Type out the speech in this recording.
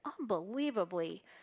unbelievably